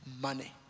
money